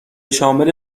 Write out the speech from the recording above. شامل